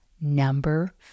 Number